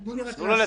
תנו לי רק להשלים.